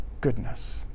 goodness